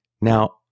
Now